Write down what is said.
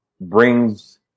brings